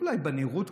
אולי קצת בנראות,